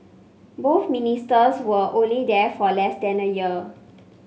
both ministers were only there for less than a year